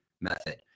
method